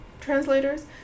translators